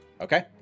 Okay